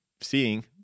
seeing